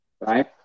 Right